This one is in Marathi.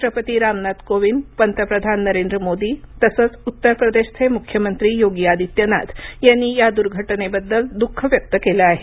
राष्ट्रपती रामनाथ कोविंद पंतप्रधान नरेंद्र मोदी तसंच उत्तरप्रदेशचे मुख्यमंत्री योगी आदित्यनाथ यांनी या दुर्घटनेबद्दल दुःख व्यक्त केलं आहे